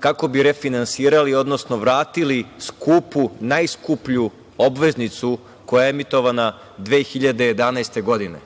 kako bi refinansirali, odnosno vratili skupu, najskuplju obveznicu koja je emitovana 2011. godine.